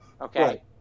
Okay